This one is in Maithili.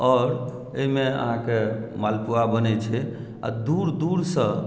आओर एहिमे अहाँके मालपुआ बनै छै आ दूर दूरसँ